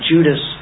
Judas